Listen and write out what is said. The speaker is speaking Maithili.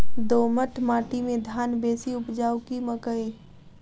दोमट माटि मे धान बेसी उपजाउ की मकई?